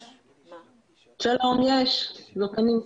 שלום, זאת אני.